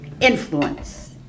Influence